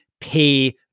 pay